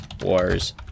Wars